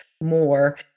more